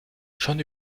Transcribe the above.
schon